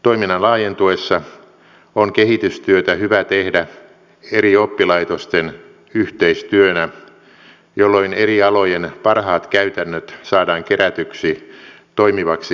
toiminnan laajentuessa on kehitystyötä hyvä tehdä eri oppilaitosten yhteistyönä jolloin eri alojen parhaat käytännöt saadaan kerätyksi toimivaksi kokonaisuudeksi